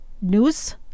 news